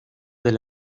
del